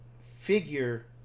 figure